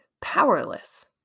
powerless